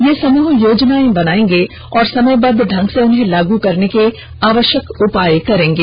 ये समूह योजनाए बनाएंगे और समयबद्ध ढंग से उन्हें लाग करने के आवश्यक उपाय करेंगे